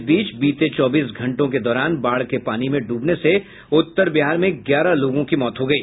इस बीच बीते चौबीस घंटों के दौरान बाढ़ के पानी में डूबने से उत्तर बिहार में ग्यारह लोगों की मौत हो गयी